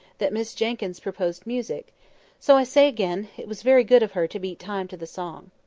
that miss jenkyns proposed music so i say again, it was very good of her to beat time to the song.